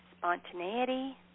Spontaneity